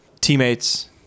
teammates